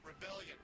rebellion